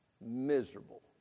miserable